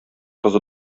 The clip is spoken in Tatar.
кызы